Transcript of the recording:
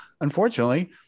unfortunately